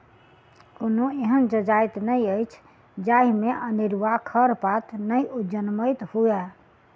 कोनो एहन जजाति नै अछि जाहि मे अनेरूआ खरपात नै जनमैत हुए